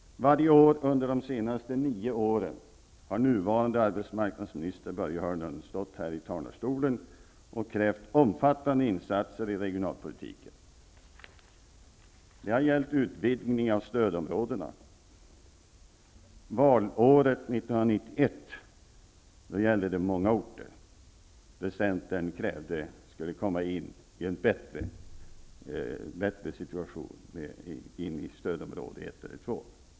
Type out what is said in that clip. Varje år under de senaste nio åren har den nuvarande arbetsmarknadsministern Börje Hörnlund stått här i talarstolen och krävt omfattande insatser i regionalpolitiken. Det har gällt utvidgning av stödområdena. Valåret 1991 krävde centern att många orter skulle få en bättre situation genom att räknas in i stödområde 1 eller 2.